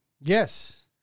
Yes